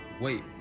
Wait